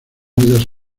unidas